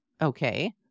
Okay